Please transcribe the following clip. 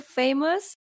famous